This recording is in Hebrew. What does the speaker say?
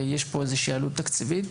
יש פה איזושהי עלות תקציבית.